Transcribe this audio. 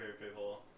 people